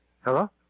Hello